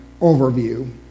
overview